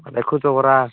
ଦେଖୁଛ ପରା